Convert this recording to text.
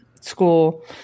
school